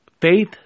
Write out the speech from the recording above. Faith